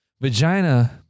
Vagina